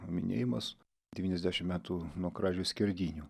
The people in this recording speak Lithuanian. minėjimas devyniasdešimt metų nuo kražių skerdynių